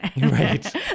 Right